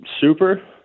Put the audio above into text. super